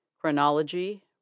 Chronology